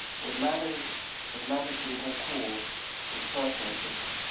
what mattered what mattered to the goncourts was was personal intuition.